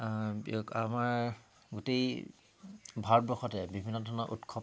দিয়ক আমাৰ গোটেই ভাৰতবৰ্ষতে বিভিন্ন ধৰণৰ উৎসৱ